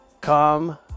come